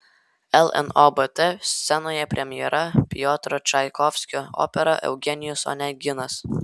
lnobt scenoje premjera piotro čaikovskio opera eugenijus oneginas